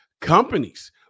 Companies